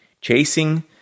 Chasing